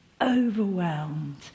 overwhelmed